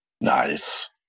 Nice